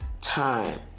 time